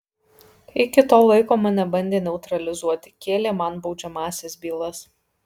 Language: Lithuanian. iki to laiko mane bandė neutralizuoti kėlė man baudžiamąsias bylas